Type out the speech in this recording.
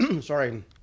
sorry